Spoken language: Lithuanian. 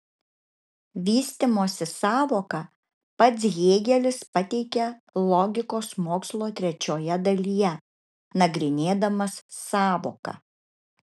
vystymosi sąvoką pats hėgelis pateikė logikos mokslo trečioje dalyje nagrinėdamas sąvoką